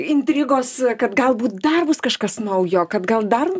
intrigos kad galbūt dar bus kažkas naujo kad gal dar